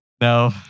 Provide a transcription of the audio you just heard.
No